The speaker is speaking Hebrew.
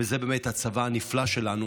וזה באמת הצבא הנפלא שלנו,